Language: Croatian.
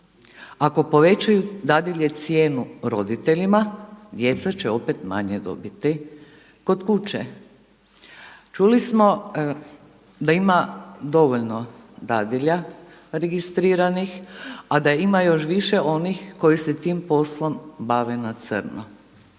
Ako povećaju dadilje cijenu roditeljima, djeca će opet manje dobiti kod kuće. Čuli smo da ima dovoljno dadilja registriranih, a da ima još više onih koji se tim poslom bave na crno.